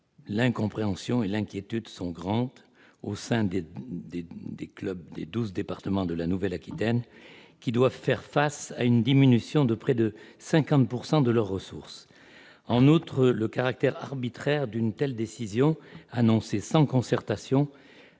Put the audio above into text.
L'incompréhension et l'inquiétude sont grandes au sein des clubs des 12 départements de la Nouvelle-Aquitaine, qui doivent faire face à une diminution de près de 50 % de leurs ressources. En outre, le caractère arbitraire d'une telle décision, annoncée sans concertation,